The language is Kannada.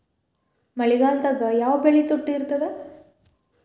ಮಳೆಗಾಲದಾಗ ಯಾವ ಬೆಳಿ ತುಟ್ಟಿ ಇರ್ತದ?